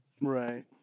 Right